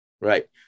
Right